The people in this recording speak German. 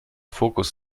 fokus